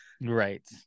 Right